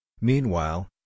Meanwhile